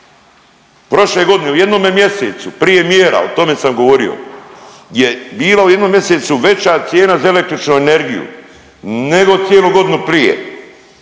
Prošle godine u jednome mjesecu prije mjera, o tome sam govorio, je bila u jednom mjesecu veća cijena za električnu energiju nego cijelu godinu prije,